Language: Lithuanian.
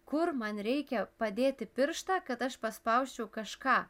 kur man reikia padėti pirštą kad aš paspausčiau kažką